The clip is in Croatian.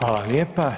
Hvala lijepa.